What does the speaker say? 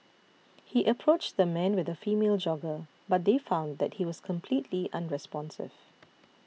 he approached the man with a female jogger but they found that he was completely unresponsive